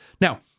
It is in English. Now